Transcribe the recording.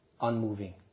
unmoving